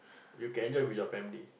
you can enjoy with your family